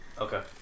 Okay